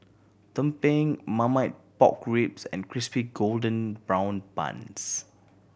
tumpeng Marmite Pork Ribs and Crispy Golden Brown Bun